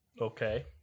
Okay